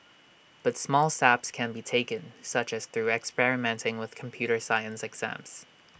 but small steps can be taken such as through experimenting with computer science exams